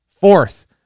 Fourth